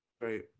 Right